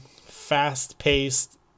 fast-paced